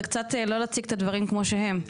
זה קצת לא להציג את הדברים כמו שהם.